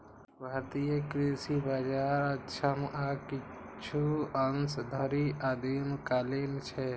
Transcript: भारतीय कृषि बाजार अक्षम आ किछु अंश धरि आदिम कालीन छै